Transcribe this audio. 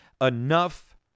enough